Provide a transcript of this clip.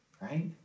right